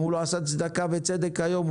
אם הוא לא עשה צדקה וצדק היום,